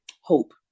hope